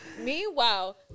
Meanwhile